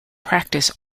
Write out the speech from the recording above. practice